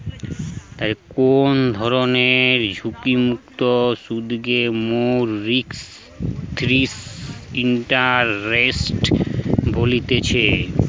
কোনো ধরণের ঝুঁকিমুক্ত সুধকে মোরা রিস্ক ফ্রি ইন্টারেস্ট বলতেছি